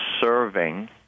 serving